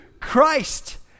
Christ